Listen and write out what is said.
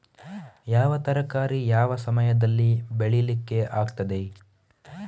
ಯಾವ ತರಕಾರಿ ಯಾವ ಸಮಯದಲ್ಲಿ ಬೆಳಿಲಿಕ್ಕೆ ಆಗ್ತದೆ?